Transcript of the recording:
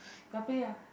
you all play lah